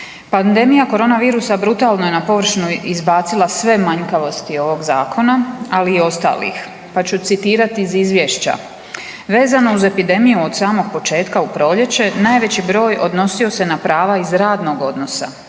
Pandemija korona virusa brutalno je na površinu izbacila sve manjkavosti ovog zakona, ali i ostalih pa ću citirati iz izvješća „Vezano uz epidemiju od samog početka u proljeće najveći broj odnosio se na prava iz radnog odnosa,